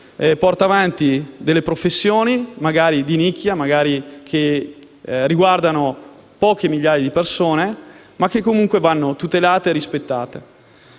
porta avanti professioni, magari di nicchia, che magari riguardano poche migliaia di persone, ma che comunque vanno tutelate e rispettate.